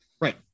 Right